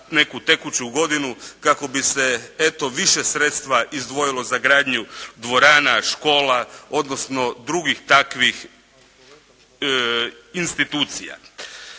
neku tekuću godinu kako bi se eto više sredstva izdvojilo za gradnju dvorana, škola, odnosno drugih takvih institucija.